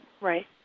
Right